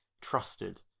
trusted